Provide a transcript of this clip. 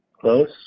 Close